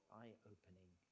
eye-opening